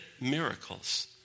miracles